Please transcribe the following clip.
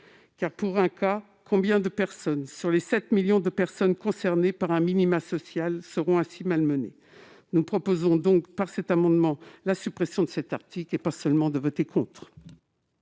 Pour un cas, combien de personnes, sur les 7 millions de personnes concernées par un minima social, seront ainsi malmenées ? Nous proposons, par cet amendement, la suppression de cet article, et pas seulement de voter contre.